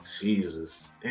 Jesus